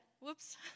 whoops